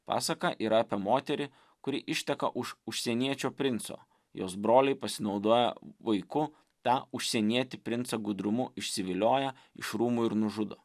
pasaka yra apie moterį kuri išteka už užsieniečio princo jos broliai pasinaudoję vaiku tą užsienietį princą gudrumu išsivilioja iš rūmų ir nužudo